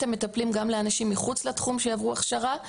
המטפלים גם לאנשים מחוץ לתחום שיעברו הכשרה.